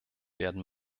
werden